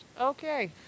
Okay